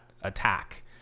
attack